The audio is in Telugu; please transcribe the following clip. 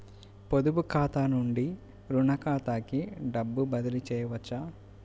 పొదుపు ఖాతా నుండీ, రుణ ఖాతాకి డబ్బు బదిలీ చేయవచ్చా?